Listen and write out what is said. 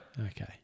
Okay